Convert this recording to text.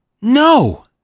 No